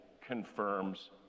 confirms